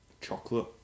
Chocolate